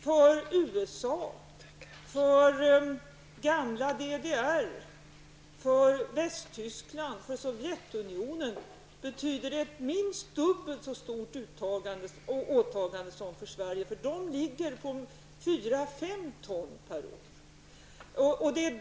För USA, för det gamla DDR och för Västtyskland och Sovjet betyder det minst ett dubbelt så stort åtagande som för Sverige, eftersom utsläppen där är 4--5 ton per år och invånare.